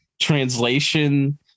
translation